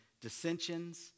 dissensions